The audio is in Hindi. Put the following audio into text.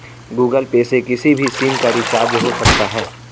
गूगल पे से किसी भी सिम का रिचार्ज हो सकता है